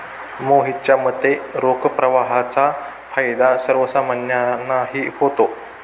मोहितच्या मते, रोख प्रवाहाचा फायदा सर्वसामान्यांनाही होतो